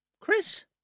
Chris